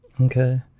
Okay